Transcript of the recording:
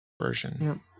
version